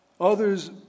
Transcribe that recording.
Others